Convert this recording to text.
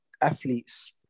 athletes